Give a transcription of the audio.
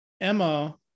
Emma